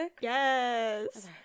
yes